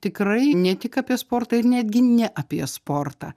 tikrai ne tik apie sportą ir netgi ne apie sportą